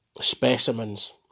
specimens